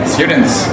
Students